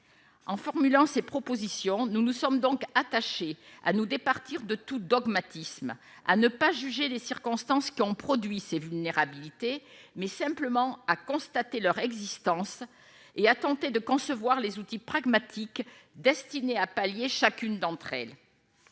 en formulant ses propositions, nous nous sommes donc attachés à nous départir de tout dogmatisme à ne pas juger les circonstances qui ont produit ces vulnérabilités mais simplement à constater leur existence et à tenter de concevoir les outils pragmatique destiné à pallier chacune d'entre elles,